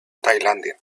tailandia